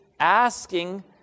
asking